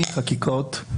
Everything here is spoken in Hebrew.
מחקיקות,